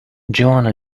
johanna